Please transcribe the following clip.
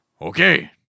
Okay